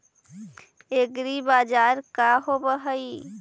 एग्रीबाजार का होव हइ?